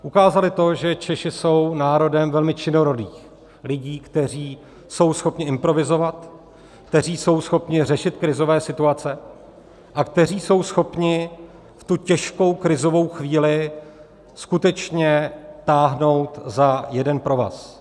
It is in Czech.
Ukázali to, že Češi jsou národem velmi činorodých lidí, kteří jsou schopni improvizovat, kteří jsou schopni řešit krizové situace a kteří jsou schopni v tu těžkou krizovou chvíli skutečně táhnout za jeden provaz.